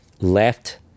left